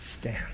stand